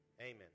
Amen